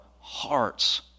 hearts